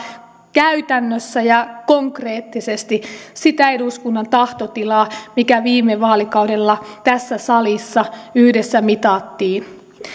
käytännössä ja konkreettisesti sitä eduskunnan tahtotilaa mikä viime vaalikaudella tässä salissa yhdessä mitattiin